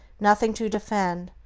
nothing to defend,